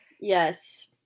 Yes